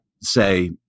say